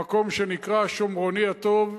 במקום שנקרא "השומרוני הטוב",